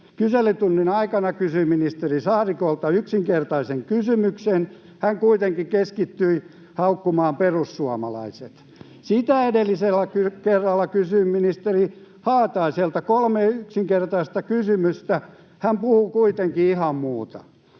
kyselytunnin aikana kysyin ministeri Saarikolta yksinkertaisen kysymyksen. Hän kuitenkin keskittyi haukkumaan perussuomalaiset. Sitä edellisellä kerralla kysyin ministeri Haataiselta kolme yksinkertaista kysymystä. Hän puhui kuitenkin ihan muuta.